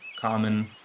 common